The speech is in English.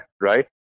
right